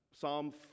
Psalm